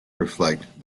reflect